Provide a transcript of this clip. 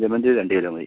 ജമന്തി രണ്ട് കിലോ മതി